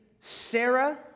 Sarah